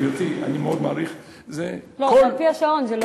גברתי, אני מאוד מעריך, זה על-פי השעון.